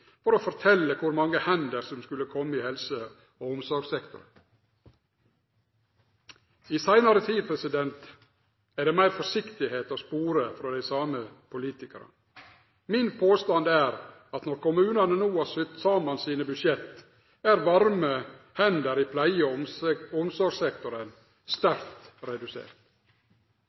for å fortelje kor mange hender som skulle kome i helse- og omsorgssektoren. I seinare tid er det meir forsiktigheit å spore frå dei same politikarane. Min påstand er at når kommunane no har sydd saman sine budsjett, er talet på varme hender i pleie- og omsorgssektoren sterkt redusert.